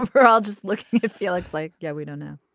her i'll just look at felix. like yeah. we don't know